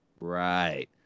Right